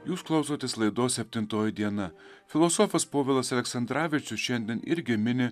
jūs klausotės laidos septintoji diena filosofas povilas aleksandravičius šiandien irgi mini